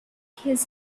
his